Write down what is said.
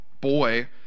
boy